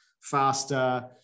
faster